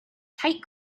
tight